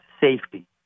safety